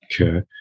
Okay